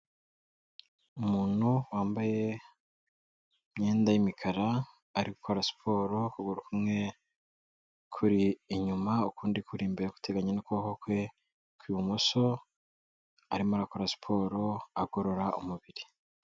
Umuntu wambaye imyenda y'imikara, ari gukora siporo ukuguru kumwe kuri inyuma, ukundi kuri imbere, gutegenye n'ukuboko kwe kw'ibumoso, arimo arakora siporo agorora umubiri.